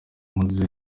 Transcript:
nkuze